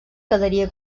quedaria